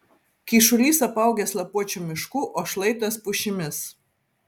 kyšulys apaugęs lapuočių mišku o šlaitas pušimis